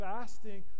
Fasting